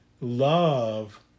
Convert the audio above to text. love